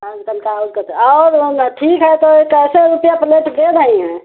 आजकल का और कतो और ओ ना ठीक है तो ये कैसे रुपिया प्लेट दे रही हैं